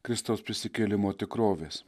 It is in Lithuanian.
kristaus prisikėlimo tikrovės